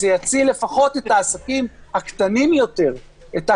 זה יציל את העסקים הקטנים יותר, לא